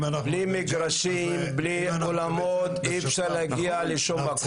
בלי מגרשים ואולמות אי אפשר להגיע לשום מקום.